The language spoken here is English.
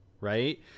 right